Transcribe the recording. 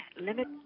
limit